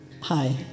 Hi